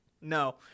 No